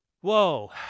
Whoa